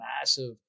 massive